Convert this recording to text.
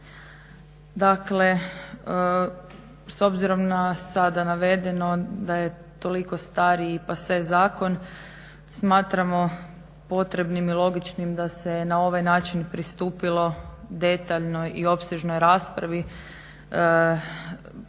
Dakle s obzirom na sada navedeno da je toliko stariji pase zakon smatramo potrebnim i logičnim da se na ovaj način pristupilo detaljnoj i opsežnoj raspravi